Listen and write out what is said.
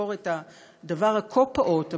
נזכור את הדבר הכה-פעוט,